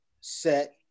set